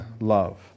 love